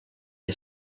que